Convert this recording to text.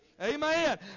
Amen